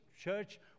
church